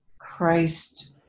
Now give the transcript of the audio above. Christ